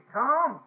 Tom